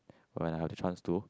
when I have the chance to